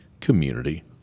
community